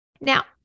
Now